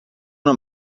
una